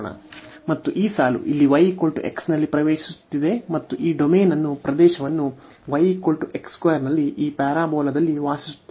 ಮತ್ತು ಈ ಸಾಲು ಇಲ್ಲಿ y x ನಲ್ಲಿ ಪ್ರವೇಶಿಸುತ್ತಿದೆ ಮತ್ತು ಈ ಡೊಮೇನ್ ಅನ್ನು ಈ ಪ್ರದೇಶವನ್ನು y x 2 ನಲ್ಲಿ ಈ ಪ್ಯಾರಾಬೋಲಾದಲ್ಲಿ ವಾಸಿಸುತ್ತಿದೆ